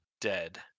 dead